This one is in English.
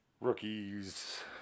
rookies